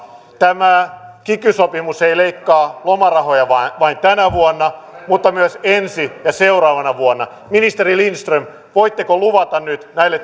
tämä kiky sopimus ei leikkaa lomarahoja vain tänä vuonna vaan myös ensi ja sitä seuraavana vuonna ministeri lindström voitteko luvata nyt näille